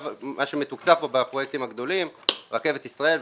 מה שמתוקצב פה בפרויקטים הגדולים: רכבת ישראל,